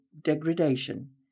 degradation